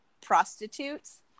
prostitutes